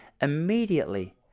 immediately